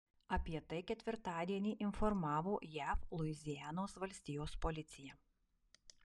apie tai ketvirtadienį informavo jav luizianos valstijos policija